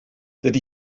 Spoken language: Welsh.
dydy